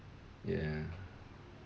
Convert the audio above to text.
yeah